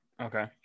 Okay